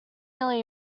nearly